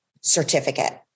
certificate